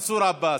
עבאס.